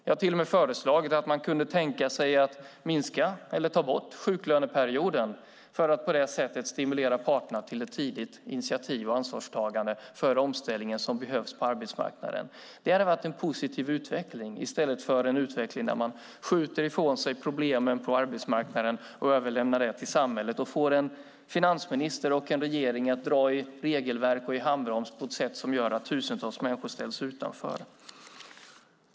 Jag har till och med föreslagit att man skulle kunna tänka sig att minska eller ta bort sjuklöneperioden för att på det sättet stimulera parterna till ett tidigt initiativ och ansvarstagande för den omställning som behövs på arbetsmarknaden. Det hade varit en positiv utveckling i stället för en utveckling där man skjuter ifrån sig problemen på arbetsmarknaden och överlämnar dem till samhället och får en finansminister och en regering att ta fram regelverk och dra i handbromsen på ett sätt som gör att tusentals människor ställs utanför.